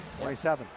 27